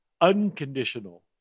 Unconditional